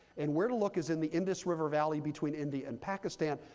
and where to look is in the indus river valley between india and pakistan.